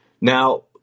Now